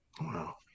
Wow